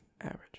Average